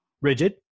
rigid